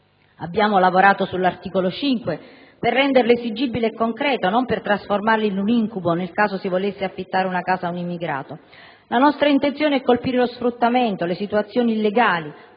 Abbiamo lavorato sull'articolo 5, per renderlo esigibile e concreto, non per trasformarlo in un incubo, nel caso si volesse affittare una casa ad un immigrato. La nostra intenzione è colpire lo sfruttamento e le situazioni illegali